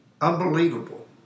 unbelievable